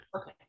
Okay